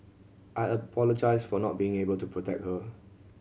I apologised for not being able to protect her